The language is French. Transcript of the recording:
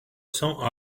cents